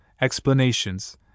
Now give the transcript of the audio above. explanations